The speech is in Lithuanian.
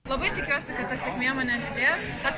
labai tikiuosi kad ta sėkmė mane lydės